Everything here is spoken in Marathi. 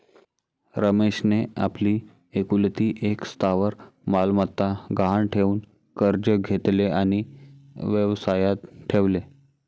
रमेशने आपली एकुलती एक स्थावर मालमत्ता गहाण ठेवून कर्ज घेतले आणि व्यवसायात ठेवले